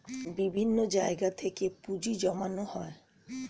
বিভিন্ন জায়গা থেকে পুঁজি জমানো হয়